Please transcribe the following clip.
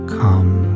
come